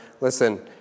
Listen